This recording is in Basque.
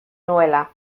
nuela